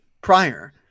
prior